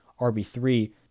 RB3